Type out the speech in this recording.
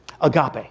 Agape